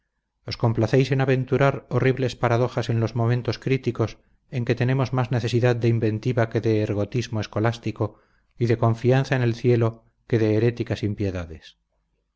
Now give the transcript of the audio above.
os complacéis en aventurar horribles paradojas en los momentos críticos en que tenemos más necesidad de inventiva que de ergotismo escolástico y de confianza en el cielo que de heréticas impiedades